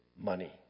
money